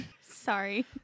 sorry